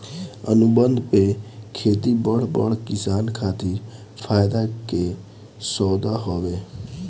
अनुबंध पे खेती बड़ बड़ किसान खातिर फायदा के सौदा हवे